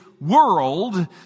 world